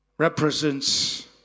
Represents